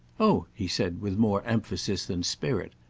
oh, he said with more emphasis than spirit,